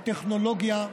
הטכנולוגיה,